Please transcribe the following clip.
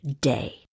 day